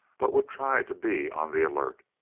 but would try to be on the alert.